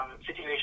situation